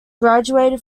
graduated